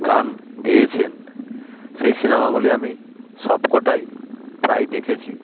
গান গেয়েছেন সেই সিনেমাগুলি আমি সবকটাই প্রায় দেখেছি